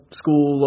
school